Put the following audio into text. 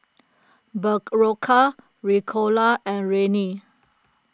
Berocca Ricola and Rene